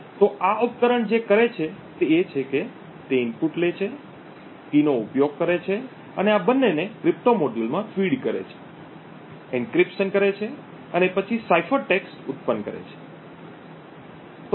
તો આ ઉપકરણ જે કરે છે તે એ છે કે તે ઇનપુટ લે છે કી નો ઉપયોગ કરે છે અને આ બંનેને ક્રિપ્ટો મોડ્યુલમાં ફીડ કરે છે એન્ક્રિપ્શન કરે છે અને પછી સાઈફરટેક્સ્ટઉત્પન્ન કરે છે